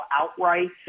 outright